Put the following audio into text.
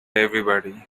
everybody